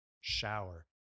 shower